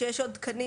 כשיש עוד תקנים,